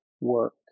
work